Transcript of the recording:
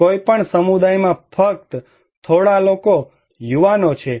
કોઈપણ સમુદાયમાં ફક્ત થોડા લોકો યુવાનો છે